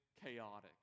Chaotic